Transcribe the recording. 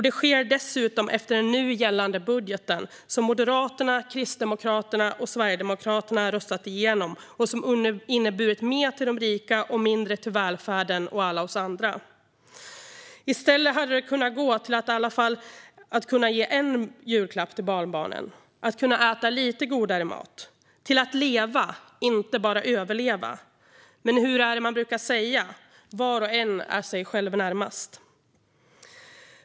Detta sker dessutom efter den nu gällande budgeten, som Moderaterna, Kristdemokraterna och Sverigedemokraterna röstat igenom och som inneburit mer till de rika och mindre till välfärden och alla oss andra. I stället hade pengarna kunnat gå till att göra det möjligt för pensionärer att i alla fall ge barnbarnen en julklapp, äta lite godare mat och leva, inte bara överleva. Men hur är det man brukar säga? Var och en är sig själv närmast.